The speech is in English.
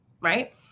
right